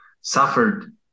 suffered